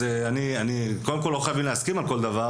אז לא חייבים להסכים על כל דבר,